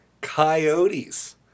Coyotes